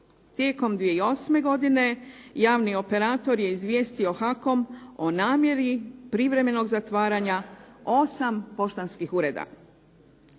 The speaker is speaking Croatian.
Tijekom 2008. godine javni operator je izvijestio HAKOM o namjeri privremenog zatvaranja 8 poštanskih ureda.